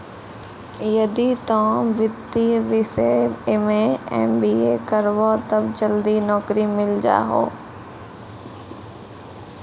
यदि तोय वित्तीय विषय मे एम.बी.ए करभो तब जल्दी नैकरी मिल जाहो